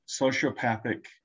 sociopathic